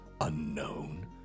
unknown